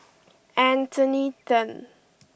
Anthony then